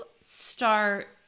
start